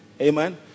Amen